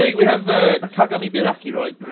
ah we have ah kagami braki, right?